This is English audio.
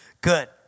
Good